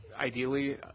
ideally